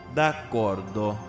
D'accordo